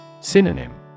Synonym